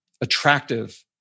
attractive